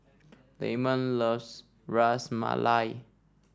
Lamont loves Ras Malai